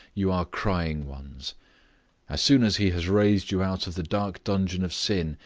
you are crying ones as soon as he has raised you out of the dark dungeon of sin,